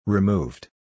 Removed